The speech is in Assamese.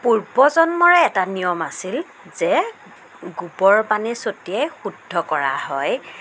পূৰ্বজন্মৰ এটা নিয়ম আছিল যে গোবৰ পানী ছটিয়াই শুদ্ধ কৰা হয়